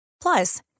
Plus